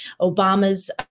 Obama's